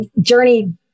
journey